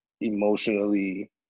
emotionally